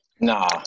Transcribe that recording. Nah